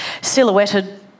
silhouetted